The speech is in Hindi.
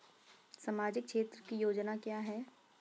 सामाजिक क्षेत्र की योजनाएँ क्या हैं?